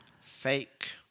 Fake